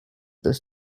this